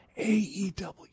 AEW